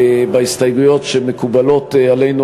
בהסתייגויות שמקובלות עלינו,